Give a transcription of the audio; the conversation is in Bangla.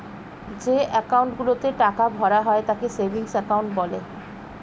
যে অ্যাকাউন্ট গুলোতে টাকা ভরা হয় তাকে সেভিংস অ্যাকাউন্ট বলে